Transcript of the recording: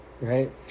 right